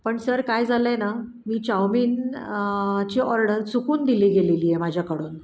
पण सर काय झालं आहे ना मी चाऊमिन ची ऑर्डर चुकून दिली गेलेली आहे माझ्याकडून